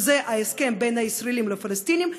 שזה ההסכם בין הישראלים לפלסטינים,